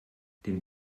den